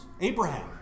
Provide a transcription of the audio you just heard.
Abraham